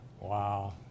Wow